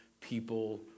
people